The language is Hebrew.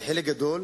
אבל חלק גדול